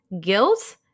Guilt